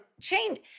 change